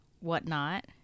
whatnot